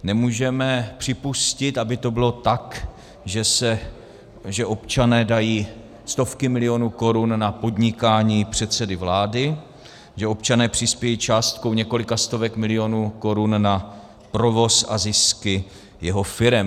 Nemůžeme připustit, aby to bylo tak, že občané dají stovky milionů korun na podnikání předsedy vlády, že občané přispějí částkou několika stovek milionů korun na provoz a zisky jeho firem.